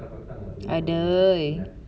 !aduh!